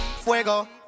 Fuego